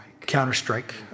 Counter-Strike